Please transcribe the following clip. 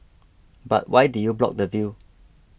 but why did you block the view